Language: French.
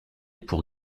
pour